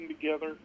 together